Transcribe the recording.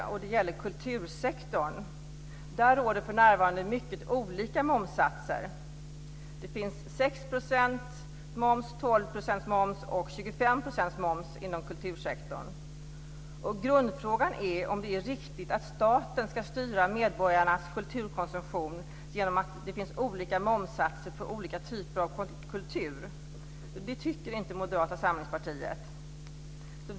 Det gäller kultursektorn. Där råder för närvarande mycket olika momssatser. Det finns 6 % moms, 12 % moms och 25 % moms inom kultursektorn. Grundfrågan är om det är riktigt att staten ska styra medborgarnas kulturkonsumtion genom att det finns olika momssatser på olika typer av kultur. Det tycker inte Moderata samlingspartiet.